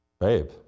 babe